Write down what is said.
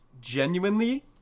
genuinely